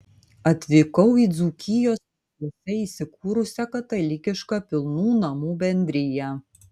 atvykau į dzūkijos miškuose įsikūrusią katalikišką pilnų namų bendriją